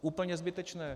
Úplně zbytečné.